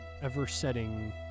ever-setting